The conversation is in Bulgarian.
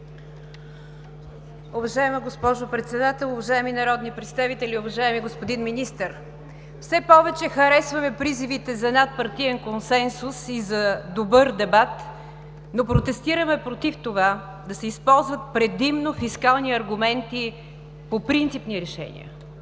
Уважаема госпожо Председател, уважаеми народни представители, уважаеми господин Министър! Все повече харесваме призивите за надпартиен консенсус и за добър дебат, но протестираме против това да се използват предимно фискални аргументи по принципни решения.